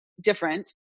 different